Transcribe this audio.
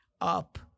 up